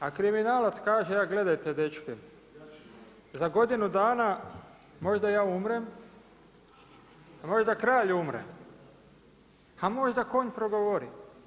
A kriminalac kaže, a gledajte dečki, za godinu dana možda ja umrem a možda kralj umre, a možda konj progovori.